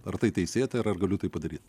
ar tai teisėta ir ar galiu tai padaryt